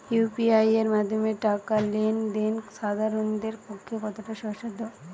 UPI এর মাধ্যমে টাকা লেন দেন সাধারনদের পক্ষে কতটা সহজসাধ্য?